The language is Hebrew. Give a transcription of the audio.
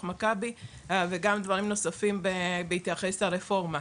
מכבי וגם דברים נוספים בהתייחס לרפורמה.